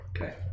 Okay